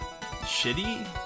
shitty